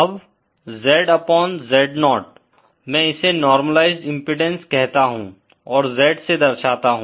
अब Z upon Z0 मैं इसे नार्मलाईस्ड इम्पीडेन्स कहता हूँ और Z से दर्शाता हूँ